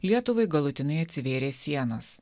lietuvai galutinai atsivėrė sienos